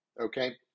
okay